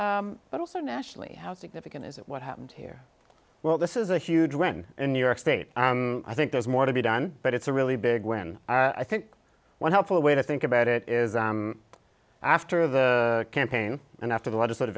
but also nationally how significant is that what happened here well this is a huge win in new york state i think there's more to be done but it's a really big win i think one helpful way to think about it is after the campaign and after the legislative